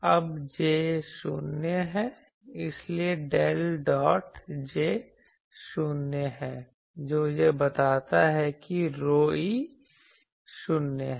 अब J 0 है इसलिए डेल डॉट J 0 है जो यह बताता है कि ρe 0 है